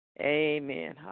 Amen